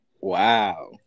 Wow